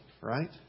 right